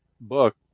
book